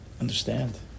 understand